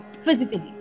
physically